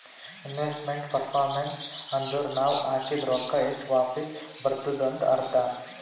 investment performance ಅಂದುರ್ ನಾವ್ ಹಾಕಿದ್ ರೊಕ್ಕಾ ಎಷ್ಟ ವಾಪಿಸ್ ಬರ್ತುದ್ ಅಂತ್ ಅರ್ಥಾ